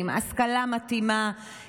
השכלה מתאימה,